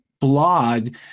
blog